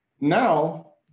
now